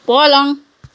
पलङ